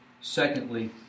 secondly